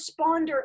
responder